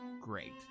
great